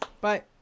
Bye